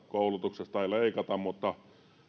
koulutuksesta ei leikata mutta